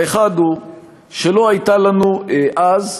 האחד הוא שלא הייתה לנו אז,